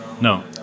No